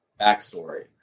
backstory